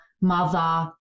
mother